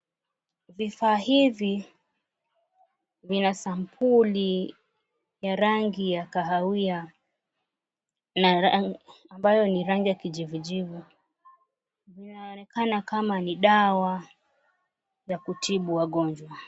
Vifaa hivi vina sampuli ya rangi ya kahawia na ambayo ni rangi ya kijivujivu. Inaonekana kama ni dawa ya kutibu wagonjwa.